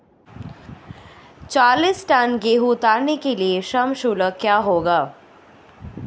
चालीस टन गेहूँ उतारने के लिए श्रम शुल्क क्या होगा?